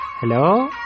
Hello